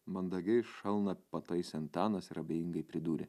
mandagiai šalną pataisė antanas ir abejingai pridūrė